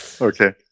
Okay